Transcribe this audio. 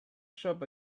shop